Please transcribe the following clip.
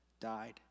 died